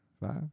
five